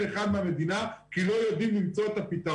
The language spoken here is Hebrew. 50% 60% שמאפשרת ישיבה מרווחת לחלוטין.